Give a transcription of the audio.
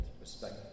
Respect